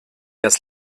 das